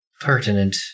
pertinent